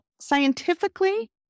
scientifically